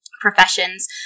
professions